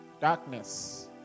darkness